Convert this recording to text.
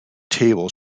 table